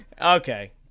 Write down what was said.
Okay